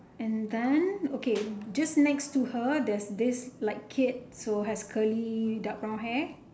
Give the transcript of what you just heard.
and then okay just next to her there's this like kid who has curly dark brown hair